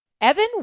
Evan